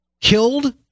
killed